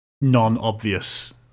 non-obvious